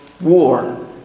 war